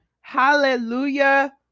Hallelujah